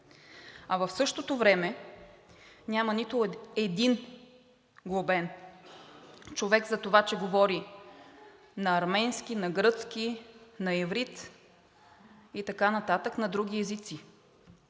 А в същото време няма нито един глобен човек за това, че говори на арменски, на гръцки, на иврит и така нататък, на други езици.